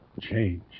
change